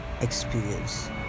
experience